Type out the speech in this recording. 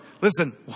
listen